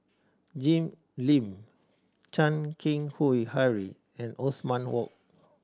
Jim Lim Chan Keng Howe Harry and Othman Wok